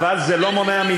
אבל זה לא מונע מאתנו,